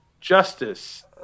Justice